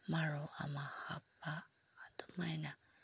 ꯃꯔꯨ ꯑꯃ ꯍꯥꯞꯄ ꯑꯗꯨꯃꯥꯏꯅ